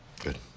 Good